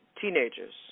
teenagers